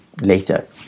later